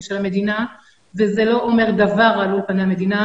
של המדינה וזה לא אומר דבר על אולפני המדינה,